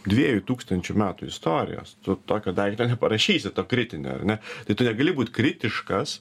dviejų tūkstančių metų istorijos tu tokio daikto neparašysi to kritinio ar ne tai tu negali būt kritiškas